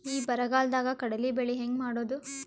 ಈ ಬರಗಾಲದಾಗ ಕಡಲಿ ಬೆಳಿ ಹೆಂಗ ಮಾಡೊದು?